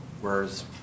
Whereas